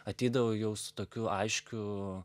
ateidavo jau su tokiu aiškiu